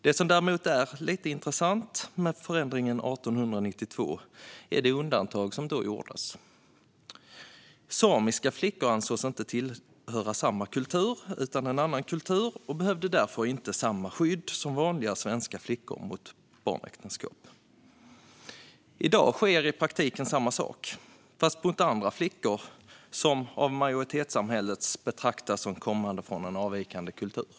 Det som är lite intressant med förändringen 1892 är det undantag som då gjordes. Samiska flickor ansågs tillhöra en annan kultur och behövde därför inte samma skydd mot barnäktenskap som vanliga svenska flickor. I dag sker i praktiken samma sak, mot flickor som av majoritetssamhället betraktas som att de kommer från en avvikande kultur.